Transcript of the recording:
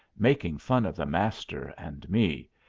making fun of the master and me,